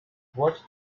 what